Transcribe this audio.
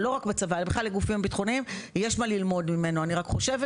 אני רק חושבת